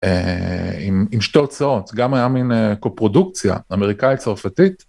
עם שתי הוצאות, גם היה מין קופרודוקציה אמריקאית-צרפתית.